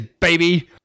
baby